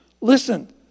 Listen